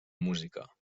música